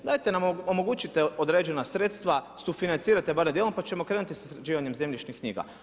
Dajte nam omogućite određena sredstva, sufinancirajte barem dijelom pa ćemo krenuti sa sređivanjem zemljišnih knjiga.